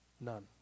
none